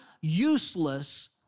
useless